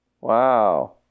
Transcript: Wow